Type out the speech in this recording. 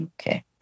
okay